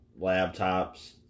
laptops